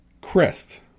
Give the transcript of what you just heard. Crest